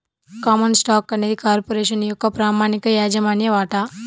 common stock అనేది corporation యొక్క ప్రామాణిక యాజమాన్య వాటా